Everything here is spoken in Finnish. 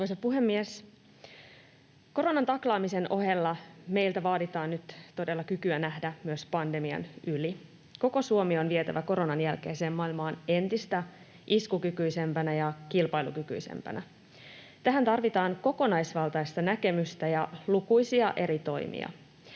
Arvoisa puhemies! Koronan taklaamisen ohella meiltä vaaditaan nyt todella kykyä nähdä myös pandemian yli. Koko Suomi on vietävä koronan jälkeiseen maailmaan entistä iskukykyisempänä ja kilpailukykyisempänä. Tähän tarvitaan kokonaisvaltaista näkemystä ja lukuisia eri toimia.